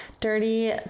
dirty